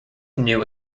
knew